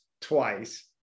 twice